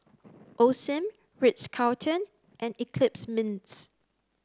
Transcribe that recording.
Osim Ritz Carlton and Eclipse Mints